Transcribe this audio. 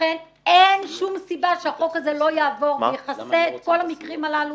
לכן אין שום סיבה שהחוק הזה לא יעבו ויכסה את כל המקרים הללו